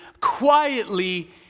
quietly